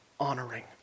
Honoring